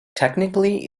technically